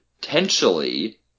potentially